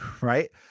right